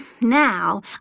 now